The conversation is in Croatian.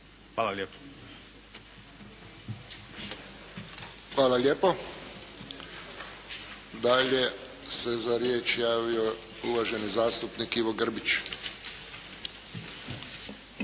Josip (HSS)** Hvala lijepo. Dalje se za riječ javio uvaženi zastupnik Ivo Grbić.